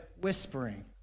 whispering